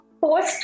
post